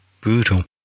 brutal